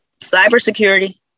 cybersecurity